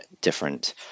different